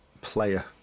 Player